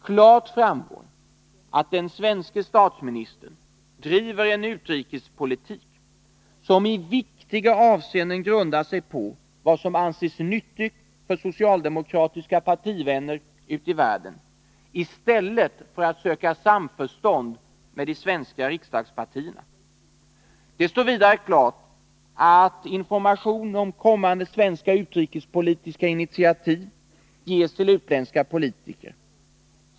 Klart framgår att den svenske statsministern driver en utrikespolitik som i viktiga avseenden grundar sig på vad som anses nyttigt för socialdemokratiska partivänner ute i världen i stället för att söka samförstånd med de svenska riksdagspartierna. Det står vidare klart att information om kommande svenska utrikespolitiska initiativ ges till utländska politiker.